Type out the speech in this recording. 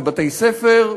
ובתי-ספר,